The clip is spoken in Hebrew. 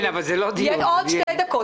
עוד שתי דקות.